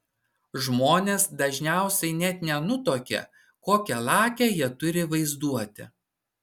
žmonės dažniausiai net nenutuokia kokią lakią jie turi vaizduotę